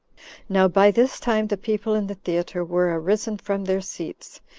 now by this time the people in the theatre were arisen from their seats,